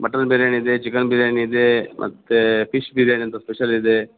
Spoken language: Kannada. ಮಟನ್ ಬಿರ್ಯಾನಿ ಇದೆ ಚಿಕನ್ ಬಿರ್ಯಾನಿ ಇದೆ ಮತ್ತು ಫಿಶ್ ಬಿರ್ಯಾನಿ ಅಂತ ಸ್ಪೆಷಲಿದೆ